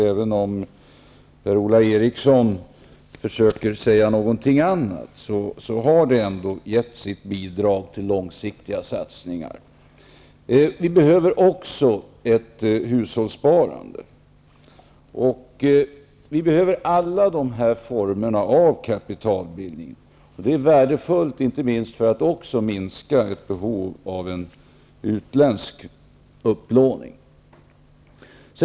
Även om Per-Ola Eriksson försöker säga någonting annat, har de gett sitt bidrag till långsiktiga satsningar. Vi behöver också ett hushållssparande. Vi behöver alla de här formerna av kapitalbildning. Det är värdefullt inte minst för att också minska ett behov av en utländsk upplåning.